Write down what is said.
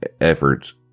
efforts